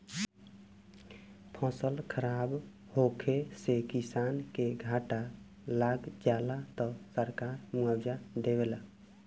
फसल खराब होखे से किसान के घाटा लाग जाला त सरकार मुआबजा देवेला